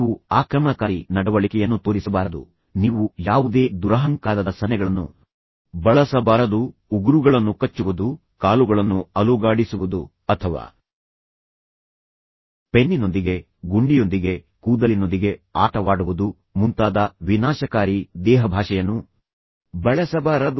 ನೀವು ಆಕ್ರಮಣಕಾರಿ ನಡವಳಿಕೆಯನ್ನು ತೋರಿಸಬಾರದು ನೀವು ಯಾವುದೇ ದುರಹಂಕಾರದ ಸನ್ನೆಗಳನ್ನು ಬಳಸಬಾರದು ಉಗುರುಗಳನ್ನು ಕಚ್ಚುವುದು ಕಾಲುಗಳನ್ನು ಅಲುಗಾಡಿಸುವುದು ಅಥವಾ ಪೆನ್ನಿನೊಂದಿಗೆ ಗುಂಡಿಯೊಂದಿಗೆ ಕೂದಲಿನೊಂದಿಗೆ ಆಟವಾಡುವುದು ಮುಂತಾದ ವಿನಾಶಕಾರಿ ದೇಹಭಾಷೆಯನ್ನು ಬಳಸಬಾರದು